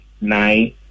nine